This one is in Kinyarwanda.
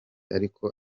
ariko